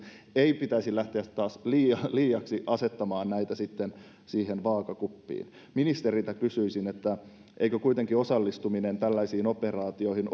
ei pitäisi lähteä taas liiaksi liiaksi asettamaan näitä siihen vaakakuppiin ministeriltä kysyisin eikö kuitenkin osallistuminen tällaisiin operaatioihin